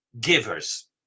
givers